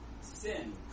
sin